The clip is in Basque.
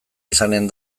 izanen